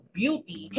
beauty